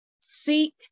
seek